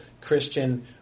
Christian